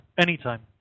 anytime